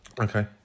Okay